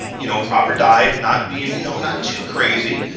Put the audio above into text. and you know, proper diet, not being you know, not too crazy.